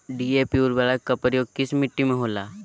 DAP उर्वरक का प्रयोग किस मिट्टी में होला?